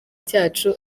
cyacu